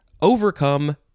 overcome